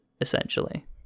essentially